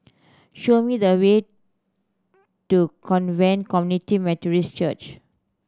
show me the way to Convent Community Methodist Church